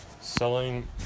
selling